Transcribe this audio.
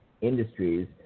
industries